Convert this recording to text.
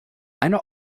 eine